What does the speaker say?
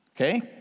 Okay